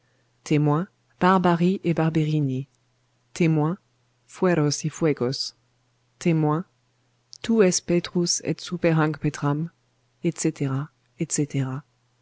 témoin barbari et barberini témoin fueros y fuegos témoin tu es petrus et super hanc petram etc etc